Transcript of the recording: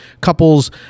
couples